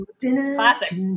classic